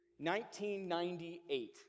1998